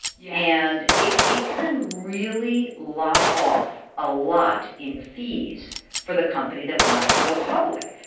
yeah and it it can really lop off a lot in fees for the company that wants to go public.